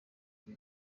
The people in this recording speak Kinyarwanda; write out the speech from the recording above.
iri